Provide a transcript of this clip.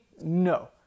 No